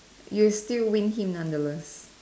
you still win him nonetheless